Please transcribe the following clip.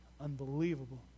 unbelievable